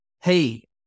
Hey